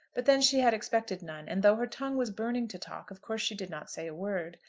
but then she had expected none and though her tongue was burning to talk, of course she did not say a word.